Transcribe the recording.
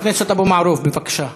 חבר הכנסת אבו מערוף, בבקשה.